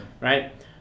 Right